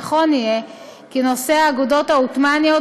נכון יהיה כי נושא האגודות העות'מאניות